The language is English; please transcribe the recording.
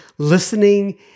listening